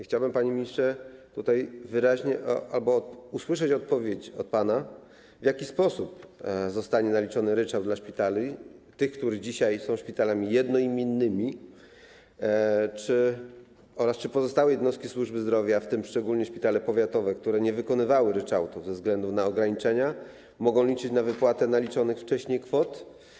Chciałbym tutaj, panie ministrze, wyraźnie usłyszeć odpowiedź od pana, w jaki sposób zostanie naliczony ryczałt dla szpitali, które dzisiaj są szpitalami jednoimiennymi, oraz czy pozostałe jednostki służby zdrowia, w tym szczególnie szpitale powiatowe, które nie wykonywały ryczałtu za względu na ograniczenia, mogą liczyć na wypłatę naliczonych wcześniej kwot.